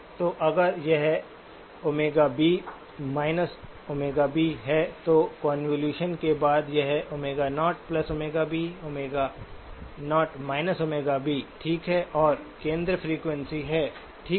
तो अगर यह ΩB −ΩB है तो कोंवोलुशन के बाद यह Ω0ΩB Ω0 ΩB ठीक है और केंद्र फ्रीक्वेंसी है ठीक है